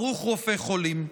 ברוך רופא חולים.